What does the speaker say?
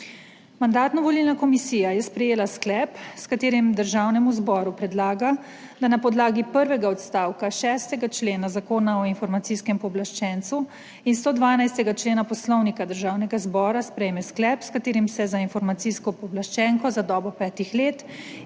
Mandatno-volilna komisija je sprejela sklep, s katerim Državnemu zboru predlaga, da na podlagi prvega odstavka 6. člena Zakona o Informacijskem pooblaščencu in 112. člena Poslovnika Državnega zbora sprejme sklep, s katerim se za informacijsko pooblaščenko za dobo petih let imenuje